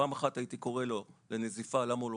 פעם אחת הייתי קורא לו לנזיפה ללמה הוא לא